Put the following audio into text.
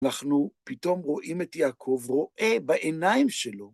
אנחנו פתאום רואים את יעקב, רואה בעיניים שלו.